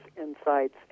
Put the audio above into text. insights